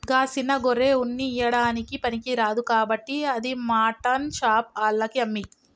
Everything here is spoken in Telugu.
గా సిన్న గొర్రె ఉన్ని ఇయ్యడానికి పనికిరాదు కాబట్టి అది మాటన్ షాప్ ఆళ్లకి అమ్మేయి